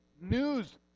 news